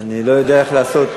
אני לא יודע איך לעשות,